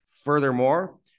Furthermore